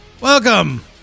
Welcome